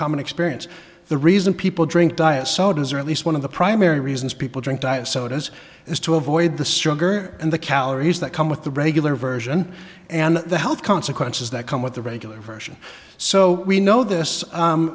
common experience the reason people drink diet sodas or at least one of the primary reasons people drink diet sodas is to avoid the stronger and the calories that come with the regular version and the health consequences that come with the regular version so we know this